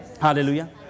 Hallelujah